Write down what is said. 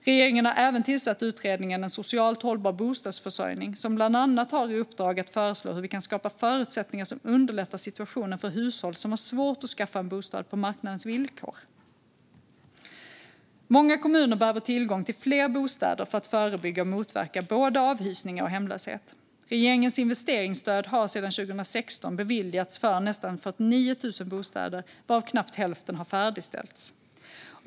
Regeringen har även tillsatt utredningen En socialt hållbar bostadsförsörjning, som bland annat har i uppdrag att föreslå hur vi kan skapa förutsättningar som underlättar situationen för hushåll som har svårt att skaffa en bostad på marknadens villkor. Många kommuner behöver tillgång till fler bostäder för att förebygga och motverka både avhysningar och hemlöshet. Regeringens investeringsstöd har sedan 2016 beviljats för nästan 49 000 bostäder, varav knappt hälften färdigställts.